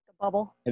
Bubble